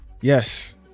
yes